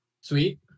Sweet